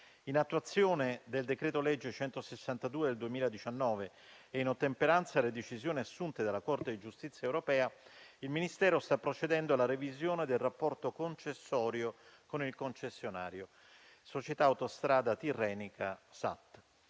In attuazione del decreto-legge 30 dicembre 2019, n. 162 e in ottemperanza alle decisioni assunte dalla Corte di giustizia europea, il Ministero sta procedendo alla revisione del rapporto concessorio con il concessionario, Società Autostrada Tirrenica (SAT).